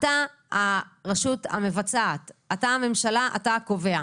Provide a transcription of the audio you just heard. אתה הרשות המבצעת, אתה הממשלה, אתה הקובע.